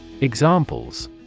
Examples